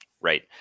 Right